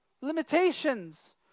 limitations